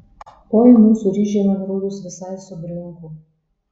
oi mūsų ryžiai man rodos visai subrinko